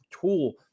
tool